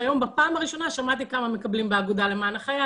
שהיום בפעם הראשונה שמעתי כמה מקבלים באגודה למען החייל.